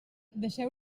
deixeu